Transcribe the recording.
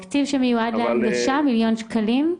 תקציב שמיועד להנגשה, מיליון שקלים?